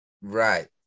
Right